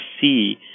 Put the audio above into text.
see